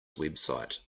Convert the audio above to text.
website